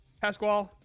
Pasquale